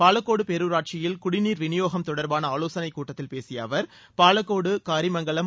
பாலக்கோடு பேரூராட்சியில் குடிநீர் விநியோகம் தொடர்பான ஆலோசனைக் கூட்டத்தில் பேசிய அவர் பாலக்கோடு காரிமங்கலம்